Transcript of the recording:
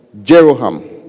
Jeroham